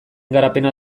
garapena